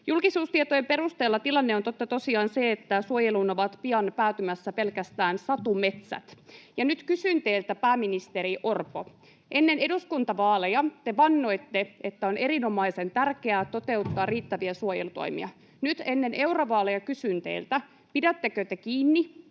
Julkisuustietojen perusteella tilanne on totta tosiaan se, että suojeluun ovat pian päätymässä pelkästään satumetsät. Nyt ennen eurovaaleja kysyn teiltä, pääministeri Orpo: Ennen eduskuntavaaleja te vannoitte, että on erinomaisen tärkeää toteuttaa riittäviä suojelutoimia. Pidättekö te kiinni